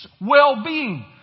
well-being